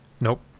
Nope